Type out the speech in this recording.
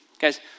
Guys